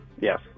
Yes